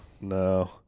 no